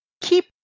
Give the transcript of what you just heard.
keep